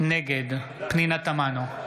נגד פנינה תמנו,